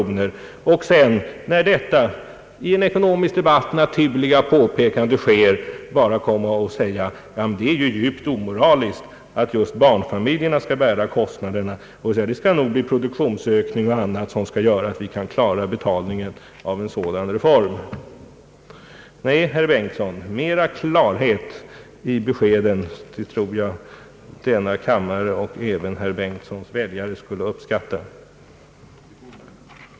När jag då kom med mitt i en ekonomisk debatt naturliga påpekande med anledning av detta så står man bara upp och säger, att det är djupt omoraliskt att just barnfamiljerna skall bära kostnaderna. Man menar, att det nog skall bli produktionsökningar som skall göra att vi kan klara betalningen av en sådan reform. Nej, herr Bengtson, mera klarhet i beskeden tror jag denna kammare och även herr Bengtsons väljare skulle uppskatta.